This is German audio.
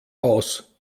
aus